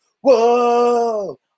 Whoa